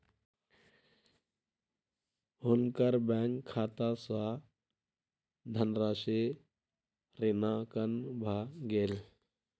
हुनकर बैंक खाता सॅ धनराशि ऋणांकन भ गेल